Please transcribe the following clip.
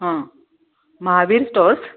हां महावीर स्टोर्स